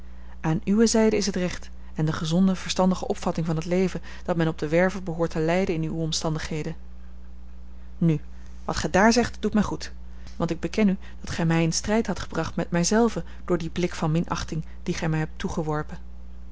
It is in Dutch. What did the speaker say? aan uwe zijde is het recht en de gezonde verstandige opvatting van het leven dat men op de werve behoort te leiden in uwe omstandigheden nu wat gij daar zegt doet mij goed want ik beken u dat gij mij in strijd had gebracht met mij zelve door dien blik van minachting dien gij mij hebt toegeworpen